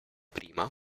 prima